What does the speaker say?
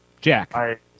Jack